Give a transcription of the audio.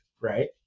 right